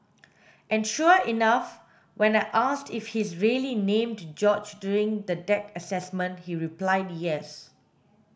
and sure enough when I asked if he's really named George during the deck assessment he replied yes